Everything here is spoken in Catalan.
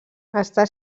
està